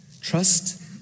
Trust